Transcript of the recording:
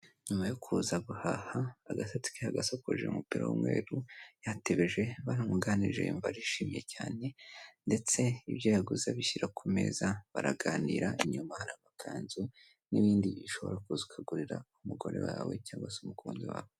Nyuma yo kuza guhaha agasatsi ke yagasokoje n'umupira w'umweru yatebeje baramunganije yumva arishimye cyane ndetse ibyo yaguze abishyira ku meza baraganira. Inyuma hari amakanzu n'ibindi bintu ushobora kuza ukagurira umugore wawe cyangwa se umukunzi wawe.